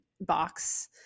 box